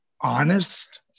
honest